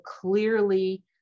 clearly